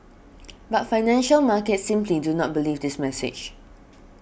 but financial markets simply do not believe this message